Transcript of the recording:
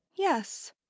Yes